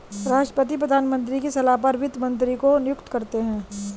राष्ट्रपति प्रधानमंत्री की सलाह पर वित्त मंत्री को नियुक्त करते है